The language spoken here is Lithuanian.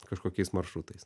kažkokiais maršrutais